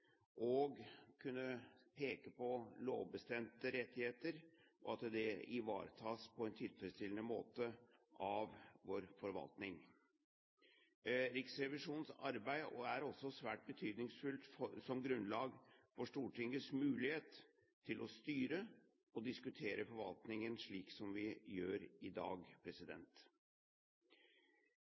og kunne peke på lovbestemte rettigheter, og at det ivaretas på en tilfredsstillende måte av vår forvaltning. Riksrevisjonens arbeid er også svært betydningsfullt som grunnlag for Stortingets mulighet til å styre og diskutere forvaltningen, slik som vi gjør i dag.